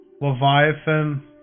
Leviathan